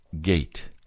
gate